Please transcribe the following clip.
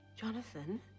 Jonathan